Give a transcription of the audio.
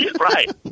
Right